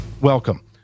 Welcome